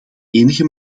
enige